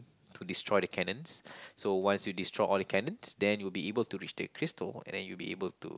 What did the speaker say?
to destroy the cannons so once you destroy all the cannons then you will be able to reach the crystal and then you'll be able to